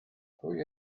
pwy